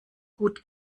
gut